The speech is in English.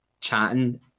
chatting